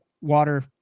water